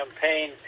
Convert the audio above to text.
campaign